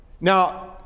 Now